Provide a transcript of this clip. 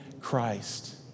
Christ